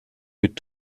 mit